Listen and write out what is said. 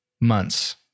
months